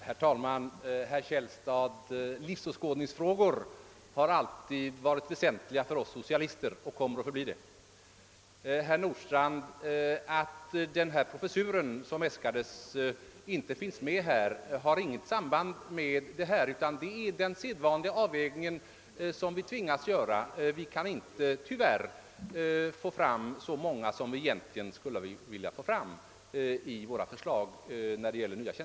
Herr talman! Herr Källstad, livsåskådningsfrågor har alltid varit väsentliga för oss socialister och kommer att förbli det. Till herr Nordstrandh vill jag säga att den omständigheten att en professur i religionssociologi som äskades inte finns med i Kungl. Maj:ts förslag inte har något samband med vad han ifrågasatte utan beror på den sedvanliga avvägning som vi tvingas göra. Vi kan tyvärr inte få så många nya tjänster som vi egentligen skulle vilja enligt de förslag som läggs fram.